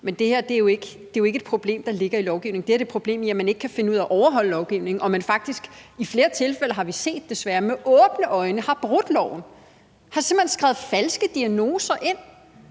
men det her er jo ikke et problem, der ligger i lovgivningen. Det her er et problem, i forhold til at man ikke kan finde ud af at overholde lovgivningen, og at man faktisk i flere tilfælde – har vi desværre set – med åbne øjne har brudt loven, hvor man simpelt hen har skrevet falske diagnoser ind.